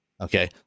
Okay